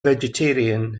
vegetarian